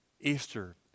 Easter